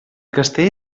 castell